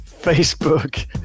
Facebook